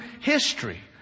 history